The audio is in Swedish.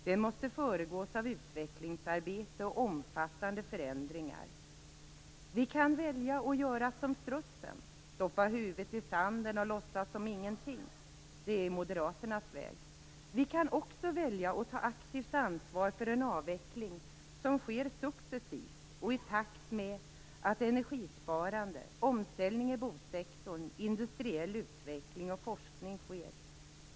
Det måste föregås av utvecklingsarbete och omfattande förändringar. Vi kan välja att göra som strutsen och stoppa huvudet i sanden och låtsas som ingenting. Det är Moderaternas väg. Vi kan också välja att ta aktivt ansvar för en avveckling som sker successivt och i takt med att energisparande, omställning i bosektorn, industriell utveckling och forskning sker.